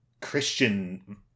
Christian